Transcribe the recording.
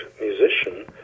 musician